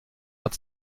hat